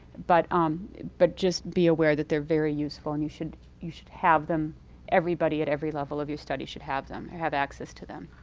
but um but just be aware that they're very useful and you should you should have them everybody at every level of your study should have them have access to them.